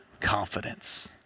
confidence